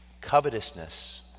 covetousness